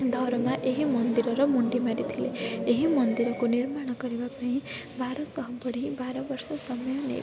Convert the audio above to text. ଧରମା ଏହି ମନ୍ଦିରର ମୁଣ୍ଡି ମାରିଥିଲେ ଏହି ମନ୍ଦିରକୁ ନିର୍ମାଣ କରିବା ପାଇଁ ବାରଶହ ବଢ଼େଇ ବାର ବର୍ଷ ସମୟ ନେଇଥିଲେ